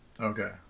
okay